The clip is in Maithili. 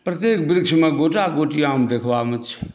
प्रत्येक वृक्षमे गोटा गोटी आम देखबामे छै